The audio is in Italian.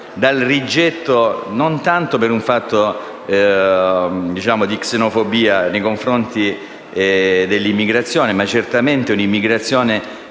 Dico questo non per un fatto di xenofobia nei confronti dell'immigrazione, ma certamente un'immigrazione